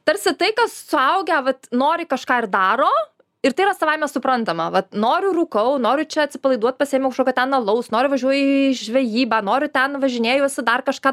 tarsi tai kas suaugę vat nori kažką ir daro ir tai yra savaime suprantama vat noriu rūkau noriu čia atsipalaiduot pasiėmiau kažkokio ten alaus noriu važiuoju į žvejybą noriu ten važinėjuosi dar kažką